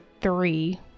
three